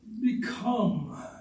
Become